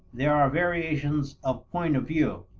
there are variations of point of view,